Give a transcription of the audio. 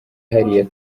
hariya